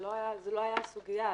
לא זאת הייתה הסוגיה.